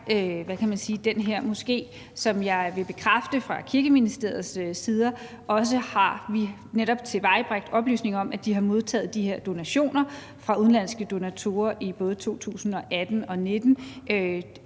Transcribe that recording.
den her moské, som jeg vil bekræfte fra Kirkeministeriets side, og så har vi netop tilvejebragt oplysninger om, at de har modtaget de her donationer fra udenlandske donatorer i både 2018 og 2019.